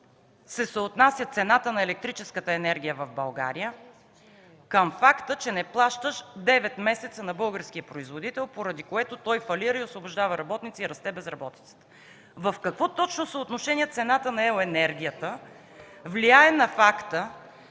се съотнася цената на електрическата енергия в България към факта, че не плащаш девет месеца на българския производител, поради което той фалира и освобождава работници и безработицата расте? В какво точно съотношение цената на електрическата енергия влияе на факта,